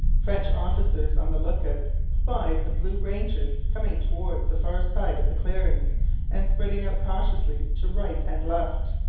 french officers on the look-out spied the blue rangers coming towards the far side of the clearings and spreading out cautiously to right and left.